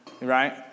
right